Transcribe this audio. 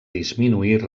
disminuir